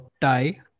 tie